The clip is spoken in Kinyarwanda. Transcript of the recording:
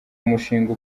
umushinga